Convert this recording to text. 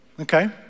Okay